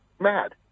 mad